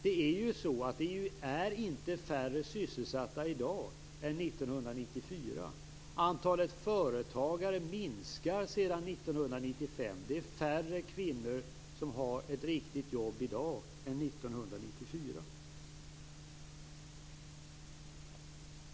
Det är ju inte färre sysselsatta i dag än 1994. Antalet företagare minskar sedan 1995. Det är färre kvinnor som har ett riktigt jobb i dag än 1994.